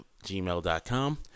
gmail.com